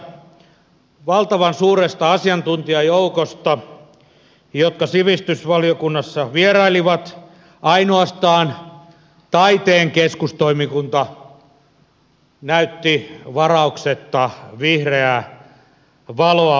käytännössä valtavan suuresta asiantuntijajoukosta joka sivistysvaliokunnassa vieraili ainoastaan taiteen keskustoimikunta näytti varauksetta vihreää valoa uudistukselle